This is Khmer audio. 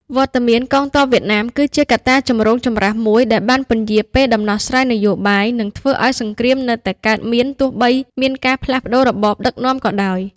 វត្តមានកងទ័ពវៀតណាមគឺជាកត្តាចម្រូងចម្រាសមួយ ដែលបានពន្យារពេលដំណោះស្រាយនយោបាយ និងធ្វើឱ្យសង្គ្រាមនៅតែកើតមាន ទោះបីជាមានការផ្លាស់ប្តូររបបដឹកនាំក៏ដោយ។